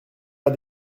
pas